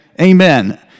Amen